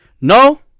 No